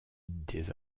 des